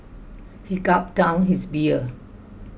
he gulped down his beer